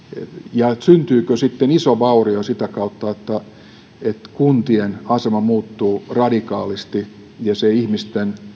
ja syntyykö sitten iso vaurio sitä kautta että kuntien asema muuttuu radikaalisti ja se ihmisten